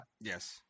Yes